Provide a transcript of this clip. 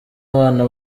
abana